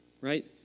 right